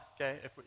okay